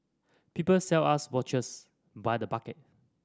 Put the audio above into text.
people sell us watches by the bucket